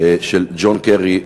של ג'ון קרי,